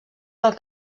del